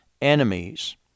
enemies